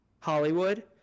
Hollywood